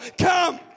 come